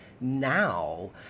now